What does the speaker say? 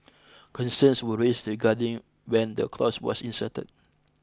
concerns were raised regarding when the clause was inserted